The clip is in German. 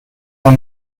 man